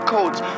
Codes